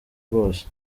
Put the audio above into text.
rwose